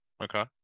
Okay